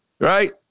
Right